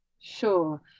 sure